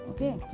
Okay